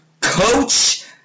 Coach